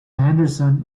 henderson